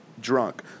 drunk